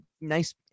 nice